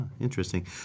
Interesting